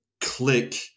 click